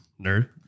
Nerd